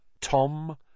Tom